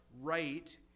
right